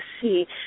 see